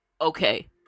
Okay